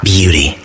Beauty